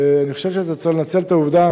אני חושב שאתה צריך לנצל את העובדה